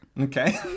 Okay